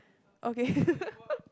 okay